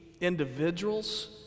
individuals